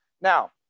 Now